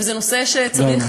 וזה נושא שצריך,